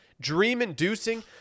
dream-inducing